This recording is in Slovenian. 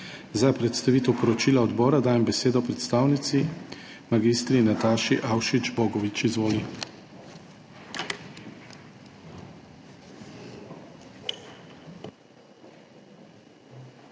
Za predstavitev poročila odbora dajem besedo predstavnici mag. Nataši Avšič Bogovič. Izvoli.